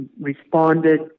responded